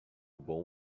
bom